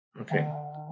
Okay